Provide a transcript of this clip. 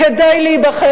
כדי להיבחר,